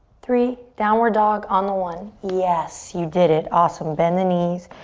three, downward dog on the one. yes, you did it. awesome. bend the knees.